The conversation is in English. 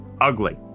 Ugly